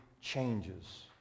changes